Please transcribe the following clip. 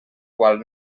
qual